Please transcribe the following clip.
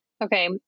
Okay